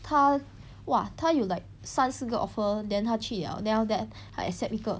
她 !wah! 她有 like 三四个 offer then 他去了 then after that 她 accept 一个